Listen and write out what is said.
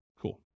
Cool